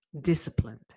Disciplined